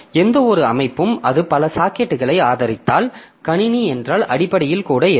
எந்தவொரு அமைப்பும் அது பல சாக்கெட்டுகளை ஆதரித்தால் கணினி என்றால் அடிப்படையில் கூட இருக்கும்